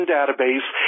Database